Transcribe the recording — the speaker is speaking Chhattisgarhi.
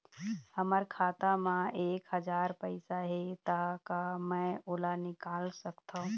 हमर खाता मा एक हजार पैसा हे ता का मैं ओला निकाल सकथव?